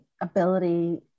ability